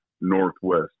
Northwest